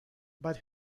but